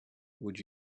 would